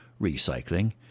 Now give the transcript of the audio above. recycling